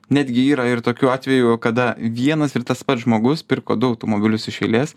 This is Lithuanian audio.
netgi yra ir tokių atvejų kada vienas ir tas pats žmogus pirko du automobilius iš eilės